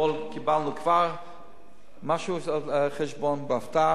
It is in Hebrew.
אתמול כבר קיבלנו משהו על החשבון בהפתעה,